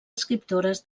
escriptores